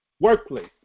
workplace